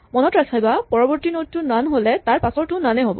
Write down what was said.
মনত ৰাখিবা পৰৱৰ্তী নড টো নন হ'লে তাৰ পাছৰটোও নন হ'ব